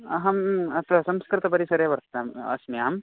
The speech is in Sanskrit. अहम् अत्र संस्कृतपरिसरे वसामः अस्मि